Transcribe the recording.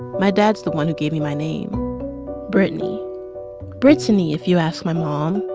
my dad's the one who gave me my name brittany britt-any if you ask my mom.